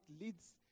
leads